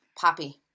Poppy